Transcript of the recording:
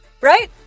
Right